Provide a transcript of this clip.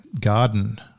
garden